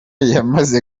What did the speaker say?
yamaze